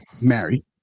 married